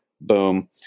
Boom